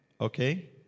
Okay